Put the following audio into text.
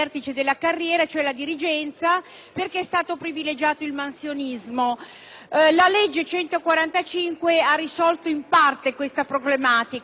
La legge n. 145 ha risolto in parte questa problematica.